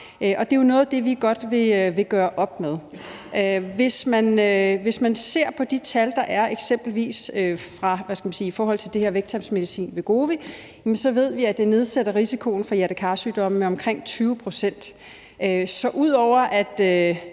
noget af det, vi godt vil gøre op med. Hvis man eksempelvis ser på de tal, der er i forhold til den her vægttabsmedicin Wegovy, ved vi, at den nedsætter risikoen for hjerte-kar-sygdomme med omkring 20 pct. Så ud over at